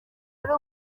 ari